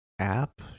app